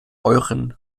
eurem